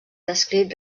descrit